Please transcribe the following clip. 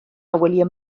william